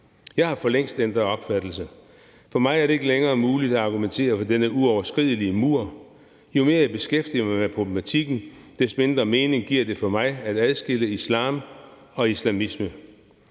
Jeg har for længst ændret opfattelse. For mig er det ikke længere muligt at argumentere for denne uoverskridelige mur. Jo mere jeg beskæftiger mig med problematikken, des mindre mening giver det for mig at adskille islam og islamisme.